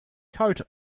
coat